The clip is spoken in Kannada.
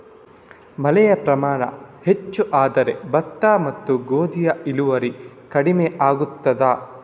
ಮಳೆಯ ಪ್ರಮಾಣ ಹೆಚ್ಚು ಆದರೆ ಭತ್ತ ಮತ್ತು ಗೋಧಿಯ ಇಳುವರಿ ಕಡಿಮೆ ಆಗುತ್ತದಾ?